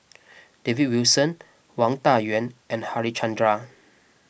David Wilson Wang Dayuan and Harichandra